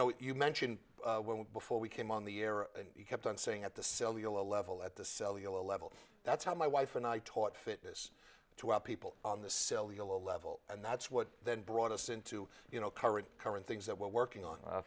know you mentioned before we came on the air and you kept on saying at the cellular level at the cellular level that's how my wife and i taught fitness to our people on the cellular level and that's what then brought us into you know current current things that we're working on